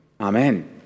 amen